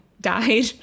died